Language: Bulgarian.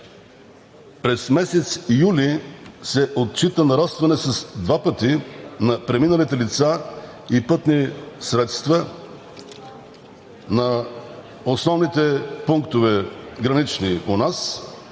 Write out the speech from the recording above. През месец юли се отчита нарастване с 2 пъти на преминалите лица и пътни средства на основните гранични